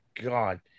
god